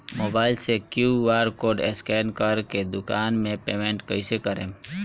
Mobile से QR code scan कर के दुकान मे पेमेंट कईसे करेम?